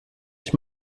ich